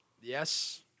Yes